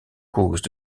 causes